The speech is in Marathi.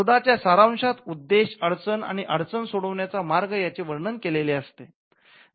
शोधाच्या सारांशांत उद्देश अडचण आणि अडचण सोडविण्याचा मार्ग यांचे वर्णन केलेले असते